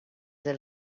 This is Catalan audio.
del